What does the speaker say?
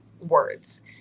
words